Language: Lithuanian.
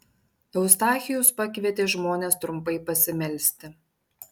eustachijus pakvietė žmones trumpai pasimelsti